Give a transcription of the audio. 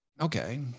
okay